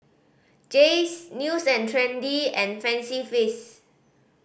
Jays News and Trendy and Fancy Feast